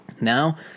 Now